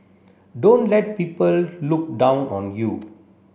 don't let people look down on you